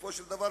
בסופו של דבר,